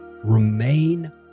remain